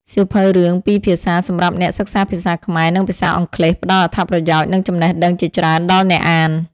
សៀវភៅរឿងពីរភាសាសម្រាប់អ្នកសិក្សាភាសាខ្មែរ និងភាសាអង់គ្លេសផ្ដល់អត្ថប្រយោជន៍ និងចំណេះដឹងជាច្រើនដល់អ្នកអាន។